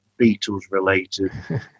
Beatles-related